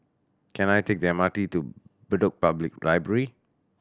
can I take the M R T to Bedok Public Library